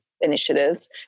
initiatives